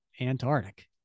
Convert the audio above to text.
Antarctic